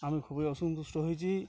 আমি খুবই অসন্তুষ্ট হয়েছি